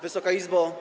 Wysoka Izbo!